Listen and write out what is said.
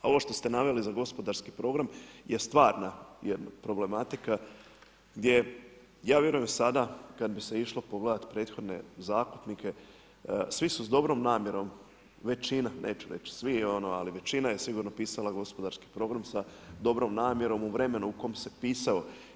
A ovo što ste naveli za gospodarski program je stvarna problematika gdje ja vjerujem sada kada bi se išlo pogledati prethodne zakupnike, svi su s dobrom namjerom većina, neću reći svi ono, ali većina je sigurno pisala gospodarski program s dobrom namjerom u vremenu u kom se pisao.